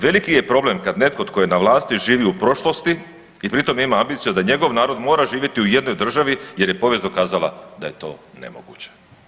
Veliki je problem kad netko tko je na vlasti živi u prošlosti i pri tome ima ambiciju da njegov narod mora živjeti u jednoj državi jer je povijest dokazala da je to nemoguće.